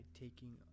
taking